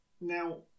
Now